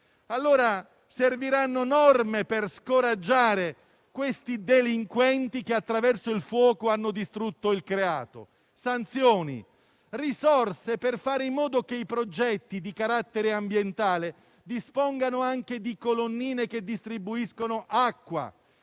bellezza. Serviranno norme per scoraggiare questi delinquenti che attraverso il fuoco hanno distrutto il Creato; serviranno sanzioni, risorse per fare in modo che i progetti di carattere ambientale dispongano anche di colonnine che distribuiscono acqua,